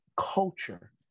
culture